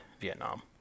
Vietnam